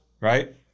right